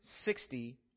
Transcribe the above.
sixty